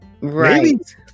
Right